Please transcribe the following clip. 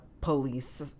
police